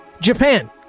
Japan